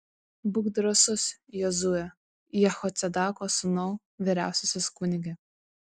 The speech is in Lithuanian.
būk drąsus jozue jehocadako sūnau vyriausiasis kunige